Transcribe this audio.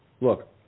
Look